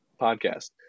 podcast